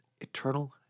eternal